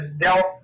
dealt